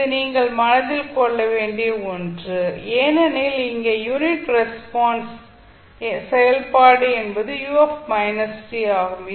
இது நீங்கள் மனதில் கொள்ள வேண்டிய ஒன்று ஏனென்றால் இங்கே யூனிட் ஸ்டெப் ரெஸ்பான்ஸ் செயல்பாடு என்பது ஆகும்